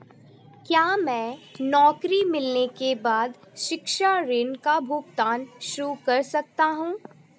क्या मैं नौकरी मिलने के बाद शिक्षा ऋण का भुगतान शुरू कर सकता हूँ?